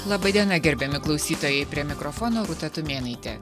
laba diena gerbiami klausytojai prie mikrofono rūta tumėnaitė